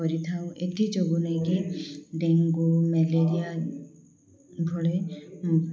କରିଥାଉ ଏଥି ଯୋଗୁଁ ନେଇକି ଡେଙ୍ଗୁ ମ୍ୟାଲେରିଆ ଭଳି